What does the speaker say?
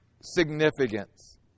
significance